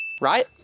Right